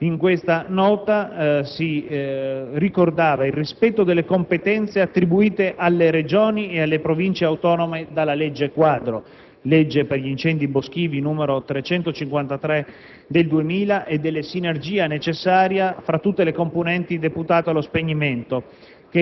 In questa nota, si ricordava il rispetto delle competenze attribuite alle Regioni e alle Province autonome dalla legge quadro per gli incendi boschivi, la n. 353 del 2000, e della sinergia necessaria fra tutte le componenti deputate allo spegnimento,